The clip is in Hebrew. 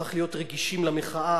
צריך להיות רגישים למחאה,